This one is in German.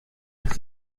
das